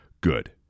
Good